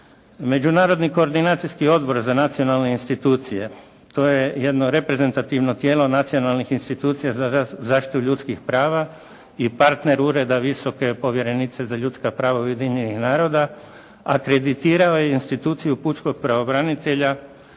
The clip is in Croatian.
Međunarodni koordinacijski odbor za nacionalne institucije, to je jedno reprezentativno tijelo nacionalnih institucija za zaštitu ljudskih prava i partner Ureda visoke povjerenice za ljudska prava ujedinjenih naroda akreditirao je instituciju pučkog pravobranitelja